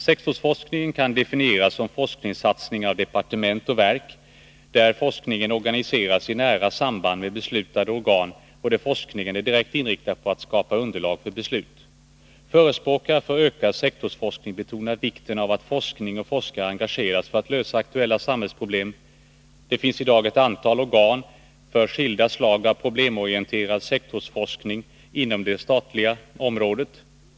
Sektorsforskningen kan definieras som forskningssatsningar av departement och verk, där forskningen organiseras i nära samband med beslutande organ och där forskningen är direkt inriktad på att skapa underlag för beslut. Förespråkare för ökad sektorsforskning betonar vikten av att forskning och forskare engageras för att lösa aktuella samhällsproblem. Det finns i dag ett antal organ för skilda slag av problemorienterad sektorsforskning inom det statliga området.